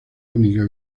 única